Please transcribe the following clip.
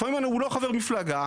לפעמים הוא לא חבר מפלגה,